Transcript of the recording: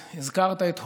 הזכרת את הוריך,